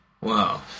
wow